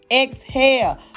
exhale